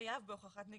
חייב בהוכחת נגישות,